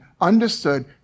understood